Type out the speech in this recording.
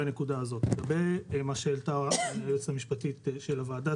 לגבי השאלה שהעלתה היועצת המשפטית של הוועדה.